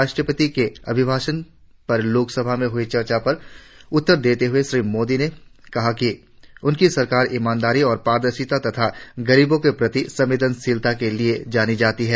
राष्ट्रपति के अभिभाषण पर लोकसभा में हुई चर्चा का उत्तर देते हुए श्री मोदी ने कहा है कि उनकी सरकार ईमानदारी और पारदर्शिता तथा गरीबों के प्रति संवेदशीलता के लिए जानी जाती है